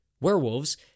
Werewolves